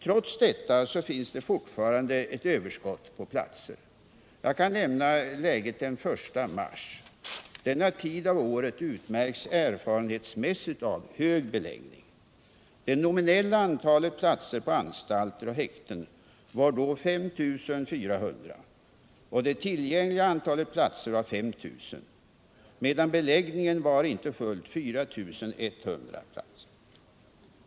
Trots detta har vi fortfarande ett visst överskott på platser. Såsom exempel kan jag nämna läget den 1 mars. Denna tid av året utmärks erfarenhetsmässigt av hög beläggning. Det nominella antalet platser på anstalter och häkten var då 5 400 och det tillgängliga antalet platser 5 000, medan beläggningen inte var fullt 4 100 platser.